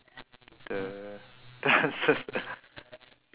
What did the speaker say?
the the answers